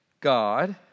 God